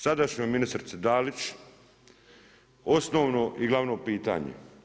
Sadašnjoj ministrici Dalić, osnovno i glavno pitanje.